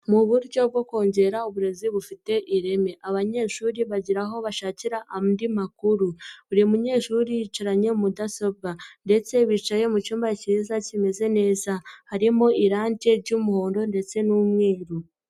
Mu buryo bwo kongera uburezi bufite ireme. Abanyeshuri bagira aho bashakira andi makuru. Buri munyeshuri yicaranye mudasobwa. Ndetse bicaye mu cyumba cyiza kimeze neza. Harimo irangi ry'umuhondo ndetse n'umweru.